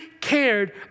cared